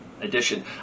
edition